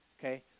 okay